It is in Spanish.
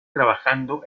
trabajando